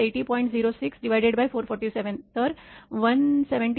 06447 तर 179